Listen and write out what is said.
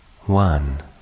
one